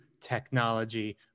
technology